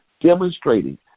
demonstrating